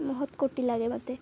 ମହତ କୋଟି ଲାଗେ ମୋତେ